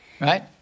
right